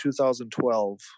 2012